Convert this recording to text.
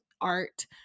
art